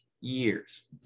years